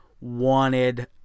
wanted